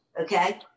okay